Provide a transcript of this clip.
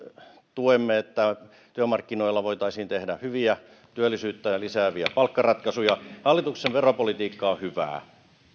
tuemme että työmarkkinoilla voitaisiin tehdä hyviä työllisyyttä lisääviä palkkaratkaisuja hallituksen veropolitiikka on hyvää